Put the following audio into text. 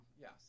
yes